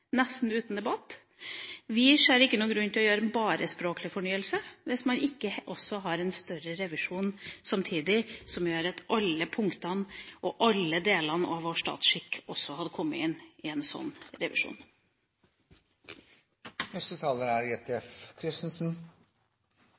nesten uten debatt. Vi ser ikke noen grunn til å gjøre bare en språklig fornyelse, hvis man ikke også har en større revisjon samtidig som gjør at alle punktene og alle delene av vår statsskikk også hadde kommet med i en sånn